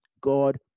God